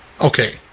Okay